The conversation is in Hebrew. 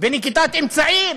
ונקיטת אמצעים.